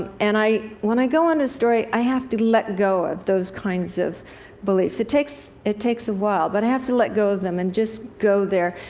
and when i go on a story, i have to let go of those kinds of beliefs. it takes it takes a while, but i have to let go of them and just go there,